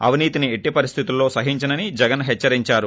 అవినీతిని ఎట్టి పరిస్థితుల్లో సహించనని జగన్ హెచ్చరించారు